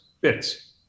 bits